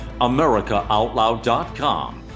AmericaOutloud.com